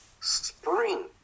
spring